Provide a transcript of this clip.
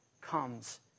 comes